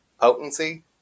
potency